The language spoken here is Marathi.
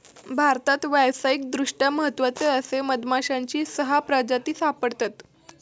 भारतात व्यावसायिकदृष्ट्या महत्त्वाचे असे मधमाश्यांची सहा प्रजाती सापडतत